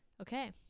okay